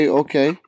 okay